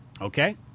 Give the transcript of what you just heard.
Okay